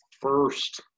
first